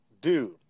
Dude